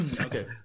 Okay